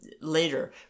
later